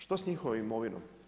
Što s njihovom imovinom?